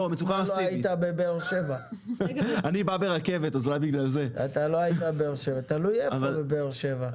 אתה לא היית בבאר שבע, תלוי איפה בבאר שבע.